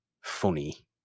funny